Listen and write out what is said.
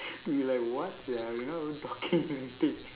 we are like [what] sia we not even talking or anything